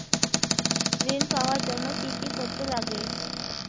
ঋণ পাওয়ার জন্য কি কি করতে লাগে?